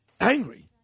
angry